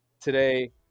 today